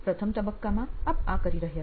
પ્રથમ તબક્કામાં આપ આ કરી રહ્યા છો